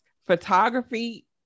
photography